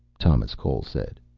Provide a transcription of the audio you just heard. thomas cole said.